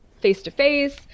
face-to-face